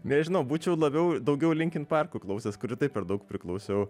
nežinau būčiau labiau daugiau linkin parkų klausęs kur ir taip per daug priklausiau